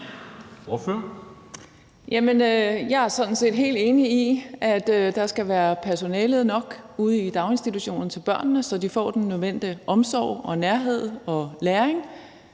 jeg er sådan set helt enig i, at der skal være personale nok til børnene ude i daginstitutionerne, så de får den nødvendige omsorg og nærvær og læring,